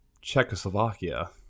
Czechoslovakia